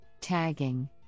tagging